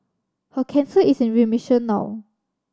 her cancer is in remission now